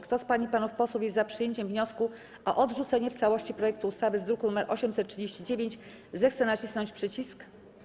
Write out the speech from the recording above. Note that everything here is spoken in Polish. Kto z pań i panów posłów jest za przyjęciem wniosku o odrzucenie w całości projektu ustawy z druku nr 839, zechce nacisnąć przycisk.